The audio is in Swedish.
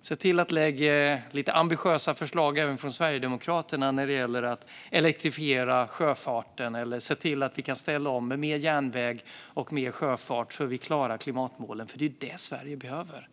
Se till att lägga fram lite ambitiösa förslag även från Sverigedemokraterna om att elektrifiera sjöfarten! Se till att vi kan ställa om med mer järnväg och mer sjöfart, så att vi klarar klimatmålen, för det är ju det som Sverige behöver!